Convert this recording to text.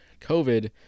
COVID